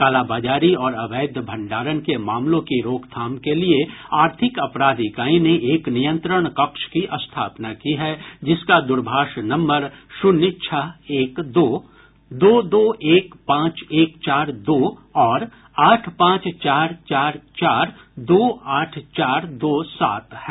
कालाबाजारी और अवैध भंडारण के मामलों की रोकथाम के लिये आर्थिक अपराध इकाई ने एक नियंत्रण कक्ष की स्थापना की है जिसका द्रभाष नम्बर शून्य छह एक दो दो दो एक पांच एक चार दो और आठ पांच चार चार चार दो आठ चार दो सात है